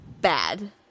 bad